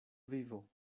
vivo